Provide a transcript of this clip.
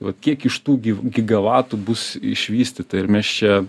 va kiek iš tų gi gigavatų bus išvystyta ir mes čia